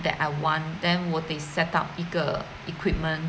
that I want then 我得 set up 一个 equipment